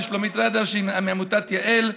לשלומית רדר מעמותת יהל.